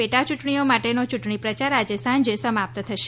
પેટા યૂંટણીઓ માટેનો યૂંટણી પ્રચાર આજે સાંજે સમાપ્ત થશે